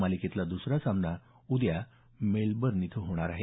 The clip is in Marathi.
मालिकेतला दुसरा सामना उद्या मेलबर्न इथं होणार आहे